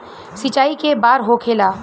सिंचाई के बार होखेला?